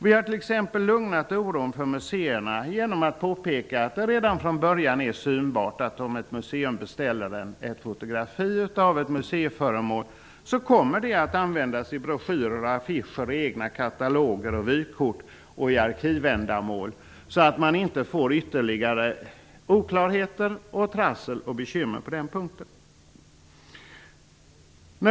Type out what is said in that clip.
Vi har t.ex. lugnat ner den oro museerna har framfört genom att påpeka att det redan från början är synbart att om ett museum beställer ett fotografi av ett museiföremål, skall det användas i broschyrer, på affischer, i egna kataloger, på vykort och för arkivändamål. Då blir det inte ytterligare oklarheter, trassel och bekymmer på den punkten.